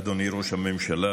אדוני ראש הממשלה,